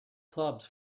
clubs